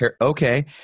okay